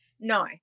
no